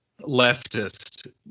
leftist